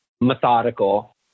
methodical